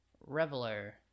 Reveler